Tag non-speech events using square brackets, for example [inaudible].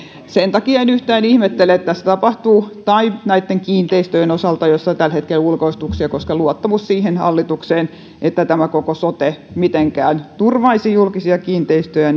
sen takia en yhtään ihmettele että tässä tapahtuu näitten kiinteistöjen osalta tällä hetkellä ulkoistuksia koska luottamus siihen hallitukseen että tämä koko sote mitenkään turvaisi julkisia kiinteistöjä [unintelligible]